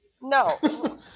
No